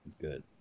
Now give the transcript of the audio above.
Good